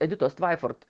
editos tvaiford